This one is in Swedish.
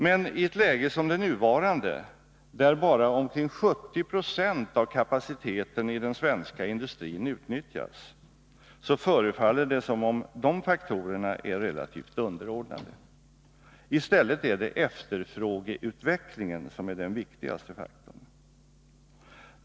Men i ett läge som det nuvarande, där bara omkring 70 96 av kapaciteten i den svenska industrin utnyttjas, förefaller det som om dessa faktorer är relativt underordnade. I stället är det efterfrågeutvecklingen som är den viktigaste faktorn.